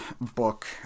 book